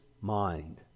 mind